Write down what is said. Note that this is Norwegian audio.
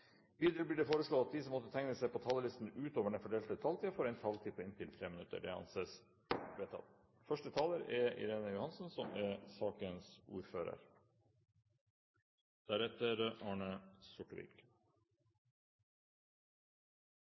Videre blir det foreslått at de som måtte tegne seg på talerlisten utover den fordelte taletid, får en taletid på inntil 3 minutter. – Det anses vedtatt. Og som vi alle har forstått, er første taler Snorre Serigstad Valen, og han er også sakens